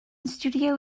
studio